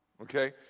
okay